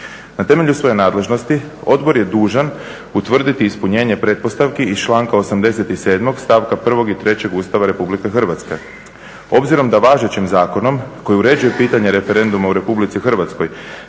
Na temelju svoje nadležnosti odbor je dužan utvrditi ispunjenje pretpostavki iz članka 87., stavka 1. i 3. Ustava RH. Obzirom da važećim zakonom koji uređuje pitanje referenduma u RH nije propisano